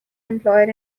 employer